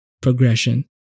progression